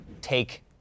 take